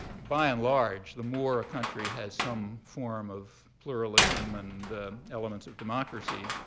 by and large, the more a country has some form of pluralism and elements of democracy,